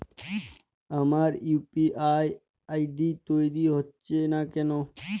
আমার UPI ID তৈরি হচ্ছে না কেনো?